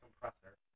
compressor